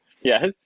Yes